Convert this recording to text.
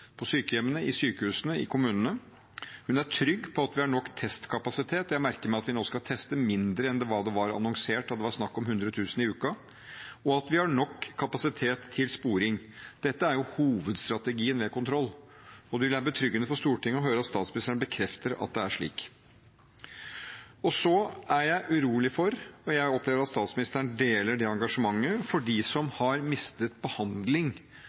på sykehjemmene, i sykehusene, i kommunene. Jeg legger til grunn at hun er trygg på at vi har nok testkapasitet – jeg merker meg at vi nå skal teste mindre enn det var annonsert da det var snakk om 100 000 i uken – og at vi har nok kapasitet til sporing. Dette er hovedstrategien ved kontroll, og det vil være betryggende for Stortinget å høre at statsministeren bekrefter at det er slik. Jeg er urolig, og jeg opplever at statsministeren deler det engasjementet, for dem som har mistet behandling